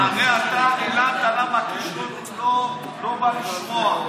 הרי אתה יללת למה קיש לא בא לשמוע,